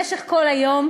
במשך כל היום,